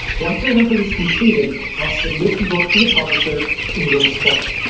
once that effort is completed, i'll submit the book to the publisher ingram-spark.